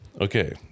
Okay